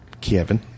Kevin